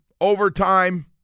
overtime